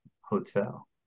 hotel